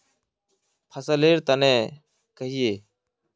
फसल लेर तने कहिए?